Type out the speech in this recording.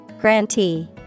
Grantee